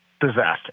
disaster